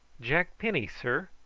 jack penny, sir.